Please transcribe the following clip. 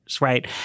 right